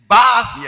Bath